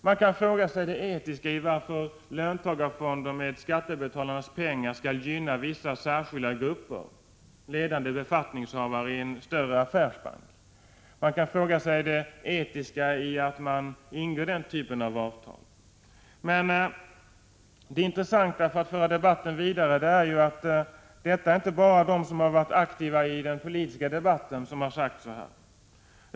Man kan fråga sig om det är etiskt att löntagarfonderna med skattebetalarnas pengar gynnar vissa särskilda grupper, ledande befattningshavare i en större affärsbank. Man kan fråga sig om det är etiskt att ingå den typen av avtal. Men, för att föra debatten vidare, det intressanta är ju att det inte bara är de som har varit aktiva i den politiska debatten som har sagt detta.